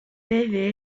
desde